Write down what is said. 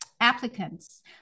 applicants